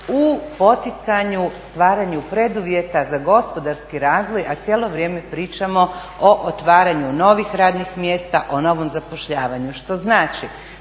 u poticanju, stvaranju preduvjeta za gospodarski razvoj, a cijelo vrijeme pričamo o otvaranju novih radnih mjesta, o novom zapošljavanju. Što znači